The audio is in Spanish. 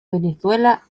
venezuela